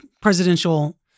presidential